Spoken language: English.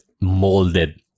molded